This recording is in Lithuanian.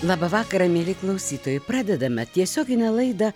labą vakarą mieli klausytojai pradedame tiesioginę laidą